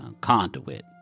conduit